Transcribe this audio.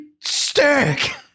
Stick